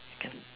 can